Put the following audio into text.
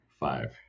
Five